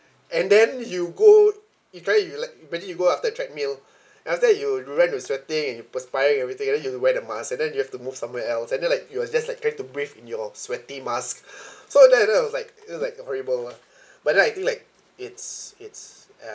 and then you go it kind of you like imagine you go after treadmill and after that you right you sweating and you perspiring everything and then you wear the mask and then you have to move somewhere else and then like it was just like trying to breathe in your sweaty mask so that you know it was like it was like horrible lah but then I think like it's it's um